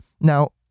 Now